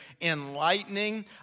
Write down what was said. enlightening